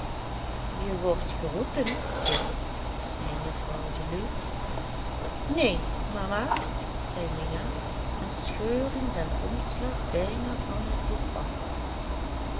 je wordt geroepen kind zei mevrouw deluw neen mama zei mina en scheurde den omslag bijna van het boek af